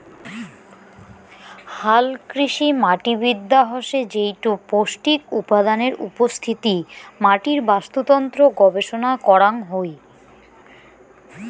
হালকৃষিমাটিবিদ্যা হসে যেইটো পৌষ্টিক উপাদানের উপস্থিতি, মাটির বাস্তুতন্ত্র গবেষণা করাং হই